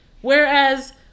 Whereas